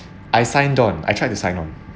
I signed on I tried to sign on